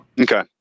Okay